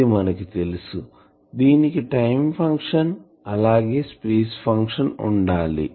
ఇది మనకు తెలుసు దీనికి టైమ్ ఫంక్షన్ అలాగే స్పేస్ ఫంక్షన్ ఉండాలి